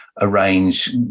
arrange